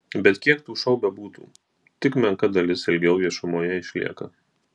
bet kiek tų šou bebūtų tik menka dalis ilgiau viešumoje išlieka